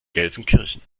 gelsenkirchen